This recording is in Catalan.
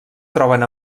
troben